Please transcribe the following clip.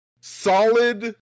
solid